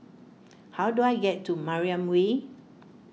how do I get to Mariam Way